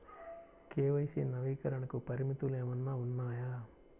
KYC నవీకరణకి పరిమితులు ఏమన్నా ఉన్నాయా?